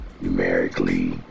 numerically